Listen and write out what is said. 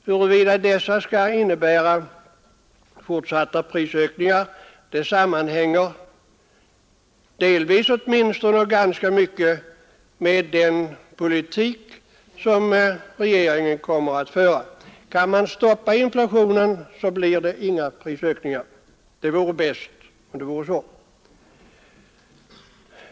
Huruvida dessa skall innebära fortsatta prisökningar sammanhänger åtminstone delvis ganska mycket med den politik som regeringen kommer att föra. Kan man stoppa inflationen, blir det inga prisökningar, och det vore bäst så.